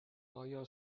آیا